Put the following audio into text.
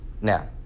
Now